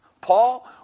paul